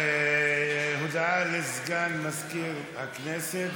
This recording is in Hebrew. הודעה לסגן מזכירת הכנסת.